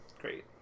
Great